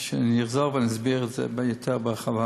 אני אחזור ואסביר את זה יותר בהרחבה: